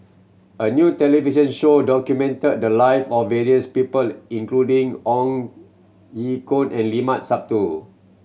a new television show documented the live of various people including Ong Ye Kung and Limat Sabtu